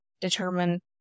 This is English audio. determine